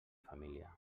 família